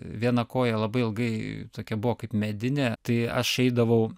viena koja labai ilgai tokia buvo kaip medinė tai aš eidavau